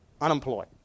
unemployed